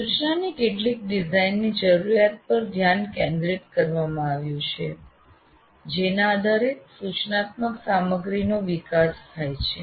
સૂચનાની કેટલીક ડિઝાઇન ની જરૂરિયાત પર ધ્યાન કેન્દ્રિત કરવામાં આવ્યું છે જેના આધારે સૂચનાત્મક સામગ્રીનો વિકાસ થાય છે